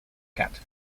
cut